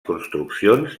construccions